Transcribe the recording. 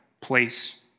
place